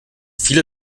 viele